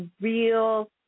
real